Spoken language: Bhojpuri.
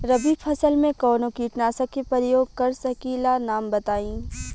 रबी फसल में कवनो कीटनाशक के परयोग कर सकी ला नाम बताईं?